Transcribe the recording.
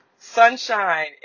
Sunshine